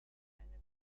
eine